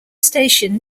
station